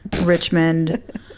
Richmond